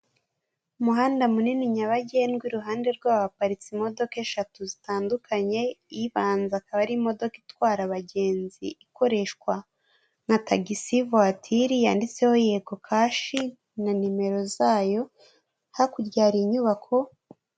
Umuhanda munini nyabagendwa, iruhande rwawo haparitse imodoka eshatu zitandukanye, ibanza akaba ari imodoka itwara abagenzi, ikoreshwa nka tagisi vuwatiri, yanditseho yego kashi, na nimero zayo, hakurya hari inyubako.